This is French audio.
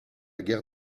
guerre